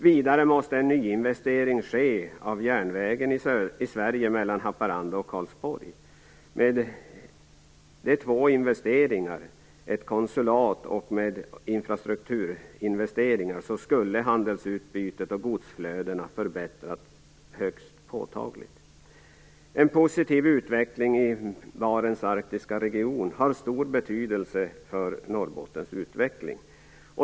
Vidare måste en nyinvestering ske av järnvägen i Sverige mellan Haparanda och Karlsborg. Med dessa två saker - ett konsulat och infrastrukturinvesteringar - skulle handelsutbytet och godsflödena förbättras högst påtagligt. En positiv utveckling i Barents arktiska region har en stor betydelse för Norrbottens utveckling.